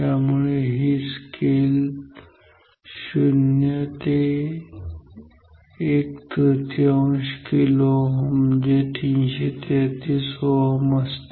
त्यामुळे ही स्केल 0 ते एक तृतीयांश kΩ ओहम जे 333 Ω असते